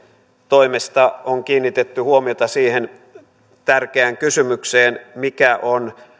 toimesta on kiinnitetty huomiota siihen tärkeään kysymykseen mikä on